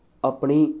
ਆਪਣੀ